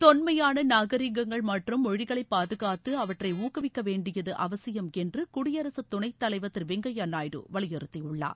தொன்மையான நாகரீகங்கள் மற்றும் மொழிகளை பாதுகாத்து அவற்றை ஊக்குவிக்க வேண்டியது அவசியம் என்று குடியரசு துணைத்தலைவர் திரு வெங்கையா நாயுடு வலியுறுத்தியுள்ளார்